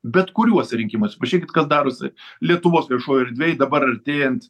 bet kuriuose rinkimuos pažiūrėkit kas darosi lietuvos viešoj erdvėj dabar artėjant